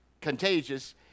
contagious